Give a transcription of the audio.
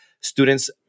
students